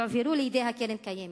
יועברו לידי קרן קיימת,